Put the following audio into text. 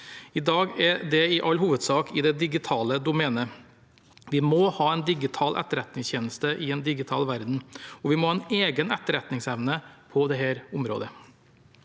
I dag er det i all hovedsak i det digitale domenet. Vi må ha en digital etterretningstjeneste i en digital verden, og vi må ha en egen etterretningsevne på dette området.